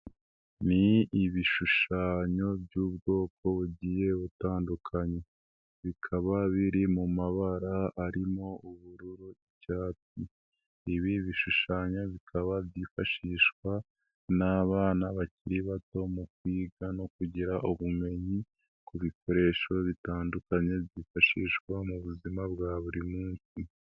Ni ibishushanyo by'ubwoko bugiye butandukanye bikaba biri mu mabara arimo ubururu, ibyatsi, ibi bishushanyo bikaba byifashishwa n'abana bakiri bato mu kwiga no kugira ubumenyi ku bikoresho bitandukanye byifashishwa mu buzima bwa buri munsi.